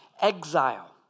exile